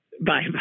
Bye